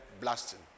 blasting